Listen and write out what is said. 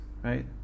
Right